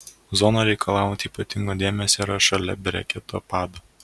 zona reikalaujanti ypatingo dėmesio yra šalia breketo pado